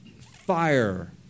fire